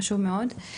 חשוב מאוד.